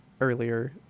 earlier